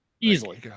easily